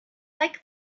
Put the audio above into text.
like